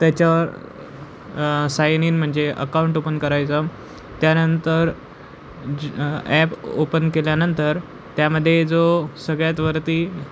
त्याच्यावर साइनिन म्हणजे account open करायचं त्यानंतर ॲप ओपन केल्यानंतर त्यामध्ये जो सगळ्यात वरती